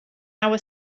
our